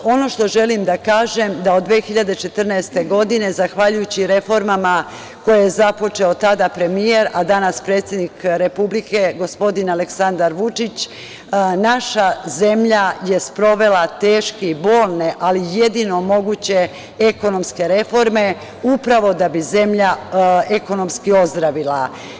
Ono što želim da kažem, jeste da od 2014. godine, zahvaljujući reformama koje je započeo tada premijer, a danas predsednik Republike, gospodin Aleksandar Vučić, naša zemlja je sprovela teške i bolne, ali jedino moguće ekonomske reforme, upravo da bi zemlja ekonomski ozdravila.